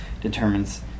determines